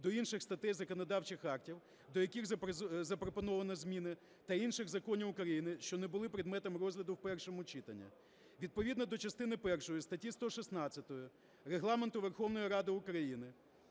до інших статей законодавчих актів, до яких запропоновано зміни, та інших законів України, що не були предметом розгляду в першому читанні відповідно до частини першої статті 116 Регламенту Верховної Ради України,